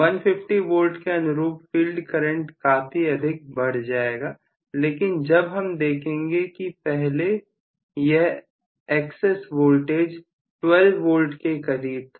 150V के अनुरूप field current काफी अधिक बढ़ जाएगा लेकिन जब हम देखेंगे कि पहले यह एक्सेस वोल्टेज 12 वोल्ट के करीब था